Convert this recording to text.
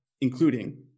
including